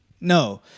no